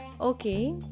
okay